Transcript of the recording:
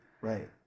Right